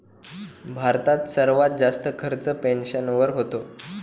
भारतात सर्वात जास्त खर्च पेन्शनवर होतो